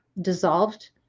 dissolved